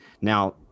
now